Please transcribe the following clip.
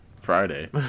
Friday